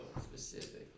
specifically